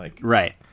Right